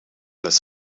eens